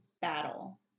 battle